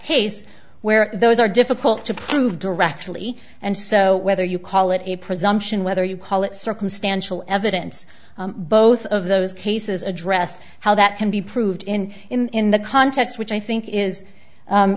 case where those are difficult to prove directly and so whether you call it a presumption whether you call it circumstantial evidence both of those cases addressed how that can be proved in in the context which i think is